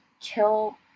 kill